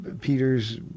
Peter's